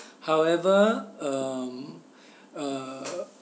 however um uh